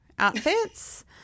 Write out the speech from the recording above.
outfits